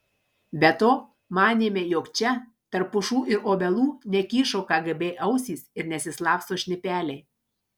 be to manėme jog čia tarp pušų ir obelų nekyšo kgb ausys ir nesislapsto šnipeliai